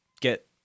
get